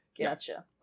Gotcha